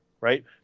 right